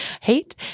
hate